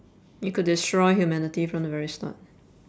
you could destroy humanity from the very start